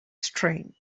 strain